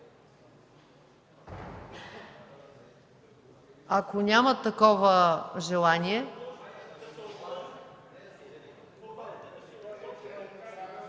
Ако няма такова желание...